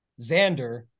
Xander